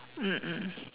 mm mm